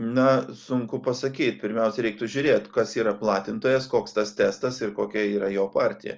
na sunku pasakyt pirmiausia reiktų žiūrėt kas yra platintojas koks tas testas ir kokia yra jo partija